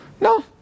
No